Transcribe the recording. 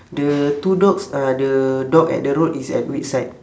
the two dogs are the dog at the road is at which side